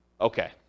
okay